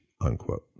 unquote